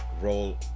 roll